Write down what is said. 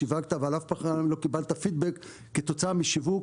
שיווקת אבל אף פעם לא קיבלת פידבק כתוצאה משיווק